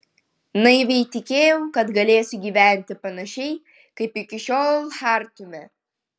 naiviai tikėjau kad galėsiu gyventi panašiai kaip iki šiol chartume